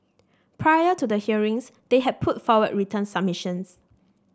prior to the hearings they had put forward written submissions